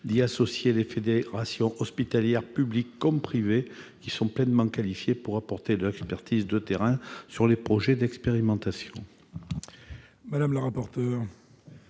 d'y associer les fédérations hospitalières, publiques comme privées, qui sont pleinement qualifiées pour apporter leur expertise de terrain sur les projets d'expérimentation.